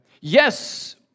Yes